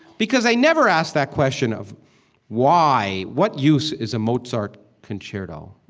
because they never ask that question of why, what use is a mozart concerto?